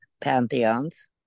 pantheons